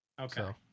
Okay